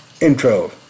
intro